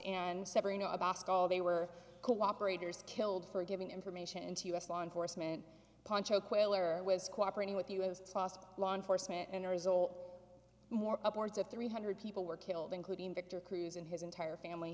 all they were cooperators killed for giving information to us law enforcement poncho quiller was cooperating with us law enforcement and the result more upwards of three hundred people were killed including victor cruz and his entire family